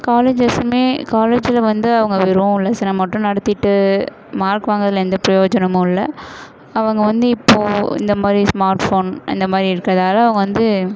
காலேஜஸும் காலேஜில் வந்து அவங்க வெறும் லெஸனை மட்டும் நடத்திகிட்டு மார்க் வாங்குறதில் எந்த ப்ரோயோஜனமும் இல்லை அவங்க வந்து இப்போது இந்த மாதிரி ஸ்மார்ட் ஃபோன் அந்த மாதிரி இருக்கிறதால அவங்க வந்து